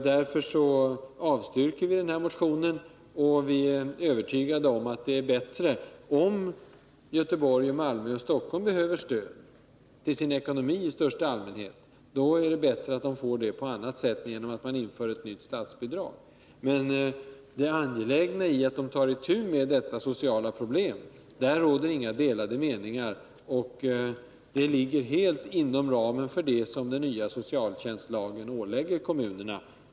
Därför avstyrker vi denna socialdemokratiska motion. Om Göteborg, Malmö och Stockholm behöver stöd till sin ekonomi i största allmänhet, är vi övertygade om att det är bättre att de får det på annat sätt än via ett nytt statsbidrag. Det råder inga delade meningar om det angelägna i att kommunerna tar itu med det sociala problem som prostitutionen utgör. Det arbetet ligger också helt inom ramen för de uppgifter som den nya socialtjänstlagen ålägger kommunerna.